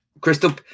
Crystal